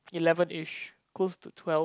elevenish close to twelve